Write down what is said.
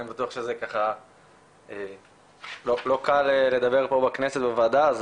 אני בטוח שזה לא קל לדבר פה בכנסת בוועדה.